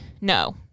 no